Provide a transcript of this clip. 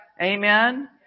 Amen